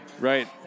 Right